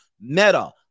Meta